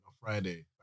Friday